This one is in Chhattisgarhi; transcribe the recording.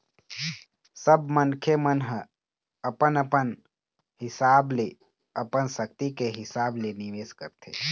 सब मनखे मन ह अपन अपन हिसाब ले अपन सक्ति के हिसाब ले निवेश करथे